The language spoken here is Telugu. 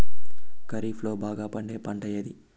ఖరీఫ్ లో బాగా పండే పంట ఏది?